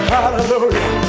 Hallelujah